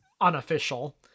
unofficial